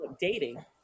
dating